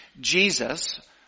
Jesus